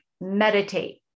meditate